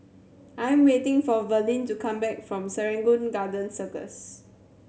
I am waiting for Verlene to come back from Serangoon Garden Circus